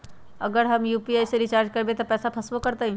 अगर हम यू.पी.आई से रिचार्ज करबै त पैसा फसबो करतई?